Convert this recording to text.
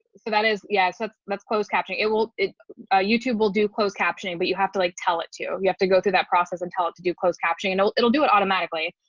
so that is yeah, so that's, that's closed captioning, it will, youtube ah youtube will do closed captioning, but you have to like tell it to you have to go through that process and tell it to do closed captioning. and it'll do it automatically.